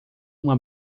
uma